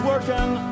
Working